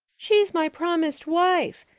she's my promised wife,